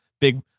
big